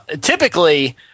typically